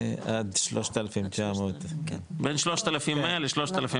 עד 3,900. בין 3,100 ל-3,900.